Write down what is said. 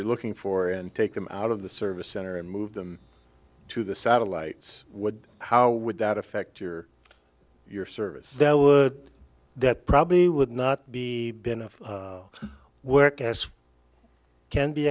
you're looking for and take them out of the service center and move them to the satellites how would that affect your your service there would that probably would not be been of work as can be